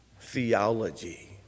theology